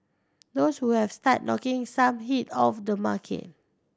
those who have started knocking some heat off the market